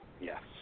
Yes